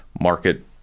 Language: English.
market